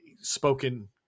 spoken